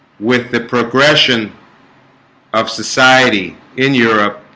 with the progression of society in europe